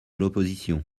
l’opposition